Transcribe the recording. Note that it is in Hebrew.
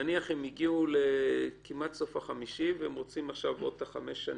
נניח שהם הגיעו כמעט לסוף החמישית והם רוצים עוד חמש שנים.